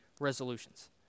resolutions